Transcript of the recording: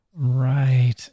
Right